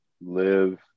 live